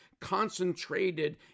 concentrated